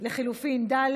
לחלופין ד'.